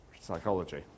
psychology